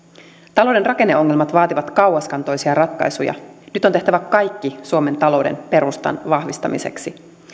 talouden rakenneongelmat vaativat kauaskantoisia ratkaisuja nyt on tehtävä kaikki suomen talouden perustan vahvistamiseksi